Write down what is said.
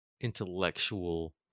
intellectual